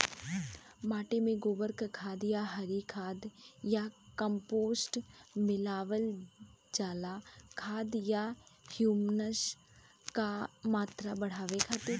माटी में गोबर खाद या हरी खाद या कम्पोस्ट मिलावल जाला खाद या ह्यूमस क मात्रा बढ़ावे खातिर?